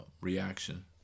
reaction